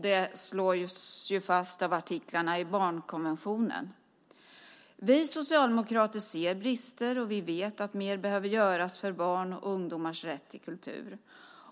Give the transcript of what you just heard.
Det slås ju fast i artiklarna i barnkonventionen. Vi socialdemokrater ser brister, och vi vet att mer behöver göras för barns och ungdomars rätt till kultur.